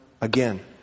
again